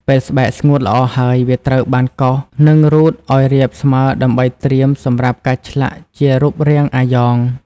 ពេលស្បែកស្ងួតល្អហើយ វាត្រូវបានកោស និងរូតឱ្យរាបស្មើដើម្បីត្រៀមសម្រាប់ការឆ្លាក់ជារូបរាងអាយ៉ង។